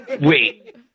Wait